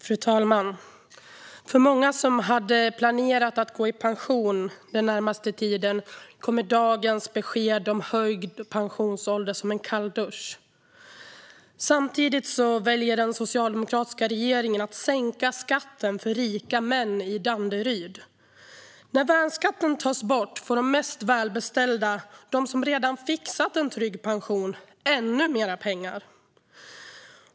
Fru talman! För många som hade planerat att gå i pension den närmaste tiden kommer dagens besked om höjd pensionsålder som en kalldusch. Samtidigt väljer den socialdemokratiska regeringen att sänka skatten för rika män i Danderyd. När värnskatten tas bort får de mest välbeställda, de som redan har fixat en trygg pension, ännu mer pengar.